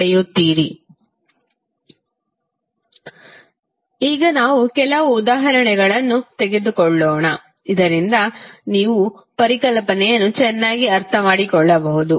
Q≜t0tidt ಈಗ ನಾವು ಕೆಲವು ಉದಾಹರಣೆಗಳನ್ನು ತೆಗೆದುಕೊಳ್ಳೋಣ ಇದರಿಂದ ನೀವು ಪರಿಕಲ್ಪನೆಯನ್ನು ಚೆನ್ನಾಗಿ ಅರ್ಥಮಾಡಿಕೊಳ್ಳಬಹುದು